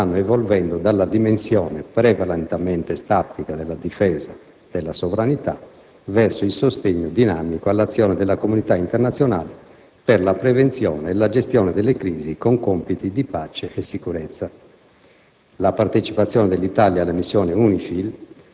Alla luce di tale esigenza, le Forze armate italiane stanno evolvendo dalla dimensione prevalentemente statica della difesa della sovranità verso il sostegno dinamico all'azione della comunità internazionale per la prevenzione e la gestione delle crisi con compiti di pace e sicurezza.